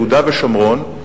יהודה ושומרון,